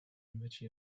invece